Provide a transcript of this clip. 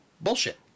bullshit